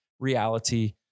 reality